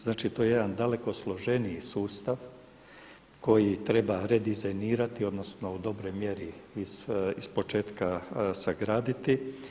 Znači to je jedan daleko složeniji sustav koji treba redizajnirati odnosno u dobroj mjeri ispočetka sagraditi.